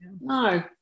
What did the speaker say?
no